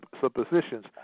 suppositions